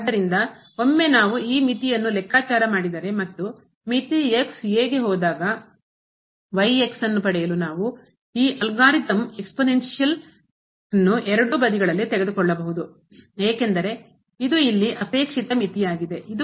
ಆದ್ದರಿಂದ ಒಮ್ಮೆ ನಾವು ಈ ಮಿತಿಯನ್ನು ಲೆಕ್ಕಾಚಾರ ಮಾಡಿದರೆ ಮತ್ತು ಮಿತಿ a ಗೆ ಹೋದಾಗ ಪಡೆಯಲು ನಾವು ಈ ಅಲ್ಗಾರಿದಮ್ exponential ಘಾತೀಯತೆಯ ನ್ನು ಎರಡೂ ಬದಿಗಳಲ್ಲಿ ತೆಗೆದುಕೊಳ್ಳಬಹುದು ಏಕೆಂದರೆ ಇದು ಇಲ್ಲಿ ಅಪೇಕ್ಷಿತ ಮಿತಿಯಾಗಿದೆ ಇದು